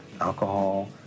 alcohol